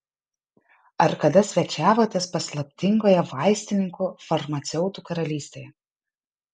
ar kada svečiavotės paslaptingoje vaistininkų farmaceutų karalystėje